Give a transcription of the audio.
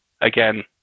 again